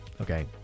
okay